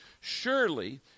Surely